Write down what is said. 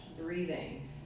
breathing